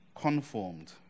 conformed